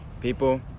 people